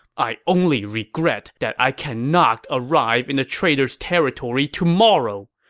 i only regret that i cannot arrive in the traitors' territory tomorrow.